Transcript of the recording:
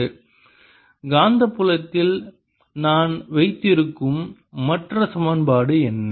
HB0 M or B0HM Hjfree காந்தப்புலத்தில் நான் வைத்திருக்கும் மற்ற சமன்பாடு என்ன